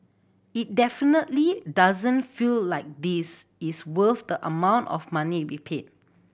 it definitely doesn't feel like this is worth the amount of money we paid